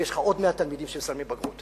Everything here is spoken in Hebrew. ויש לך עוד 100 תלמידים שמסיימים בגרות.